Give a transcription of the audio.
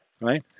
right